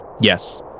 Yes